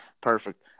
Perfect